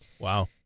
Wow